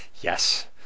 Yes